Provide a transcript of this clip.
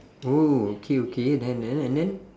oh okay okay then then and then